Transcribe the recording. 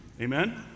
Amen